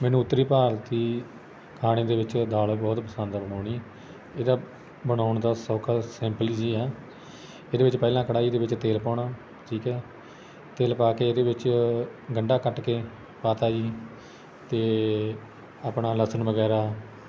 ਮੈਨੂੰ ਉੱਤਰੀ ਭਾਰਤੀ ਖਾਣੇ ਦੇ ਵਿੱਚ ਦਾਲ ਬਹੁਤ ਪਸੰਦ ਆ ਬਣਾਉਣੀ ਇਹਦਾ ਬਣਾਉਣ ਦਾ ਸੌਖਾ ਸਿੰਪਲ ਜਿਹਾ ਇਹਦੇ ਵਿੱਚ ਪਹਿਲਾਂ ਕੜਾਹੀ ਦੇ ਵਿੱਚ ਤੇਲ ਪਾਉਣਾ ਠੀਕ ਹੈ ਤੇਲ ਪਾ ਕੇ ਇਹਦੇ ਵਿੱਚ ਗੰਢਾ ਕੱਟ ਕੇ ਪਾ ਤਾ ਜੀ ਅਤੇ ਆਪਣਾ ਲਸਣ ਵਗੈਰਾ